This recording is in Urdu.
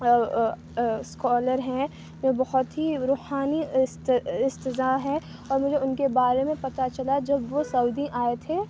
اسکالر ہیں وہ بہت ہی روحانی اساتذہ ہے اور مجھے ان کے بارے میں پتا چلا جب وہ سعودی آئے تھے